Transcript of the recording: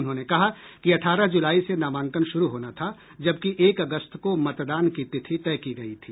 उन्होंने कहा कि अठारह जुलाई से नामांकन शुरू होना था जबकि एक अगस्त को मतदान की तिथि तय की गयी थी